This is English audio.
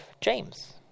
James